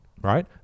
Right